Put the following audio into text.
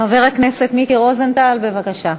חבר הכנסת מיקי רוזנטל, בבקשה.